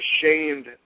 ashamed